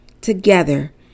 Together